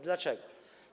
Dlaczego?